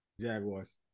Jaguars